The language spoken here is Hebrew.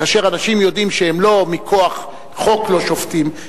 כאשר אנשים יודעים שהם לא מכוח חוק לא שובתים,